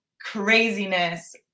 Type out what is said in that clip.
craziness